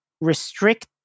restrict